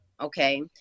Okay